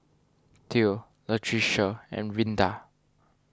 theo Latricia and Rinda